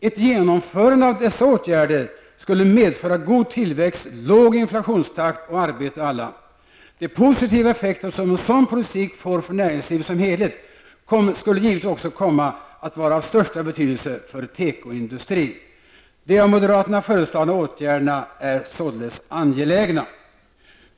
Ett genomförande av de åtgärderna skulle medföra god tillväxt, låg inflationstakt och arbete åt alla. De positiva effekter som en sådan politik får för näringslivet som helhet kommer givetvis också att vara av största betydelse för tekoindustrin. De av moderaterna föreslagna åtgärderna är således angelägna.